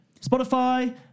Spotify